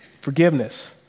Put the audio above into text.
forgiveness